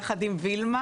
יחד עם וילמה,